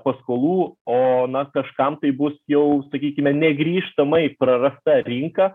paskolų o na kažkam tai bus jau sakykime negrįžtamai prarasta rinka